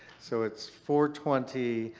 so it's four twenty.